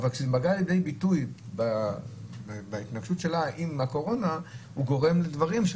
אבל בהתנגשות עם הקורונה גורמת לדברים יותר קשים.